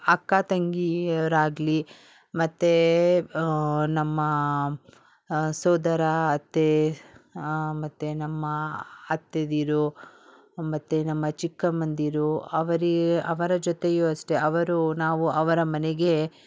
ಅಕ್ಕ ತಂಗಿಯರಾಗಲಿ ಮತ್ತು ನಮ್ಮ ಸೋದರ ಅತ್ತೆ ಮತ್ತು ನಮ್ಮ ಅತ್ತೆದಿರು ಮತ್ತು ನಮ್ಮ ಚಿಕ್ಕಮ್ಮಂದಿರು ಅವರ ಅವರ ಜೊತೆಯೂ ಅಷ್ಟೇ ಅವರು ನಾವು ಅವರ ಮನೆಗೆ